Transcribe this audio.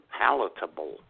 palatable